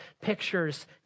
pictures